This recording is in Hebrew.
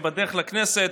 היא בדרך לכנסת.